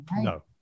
No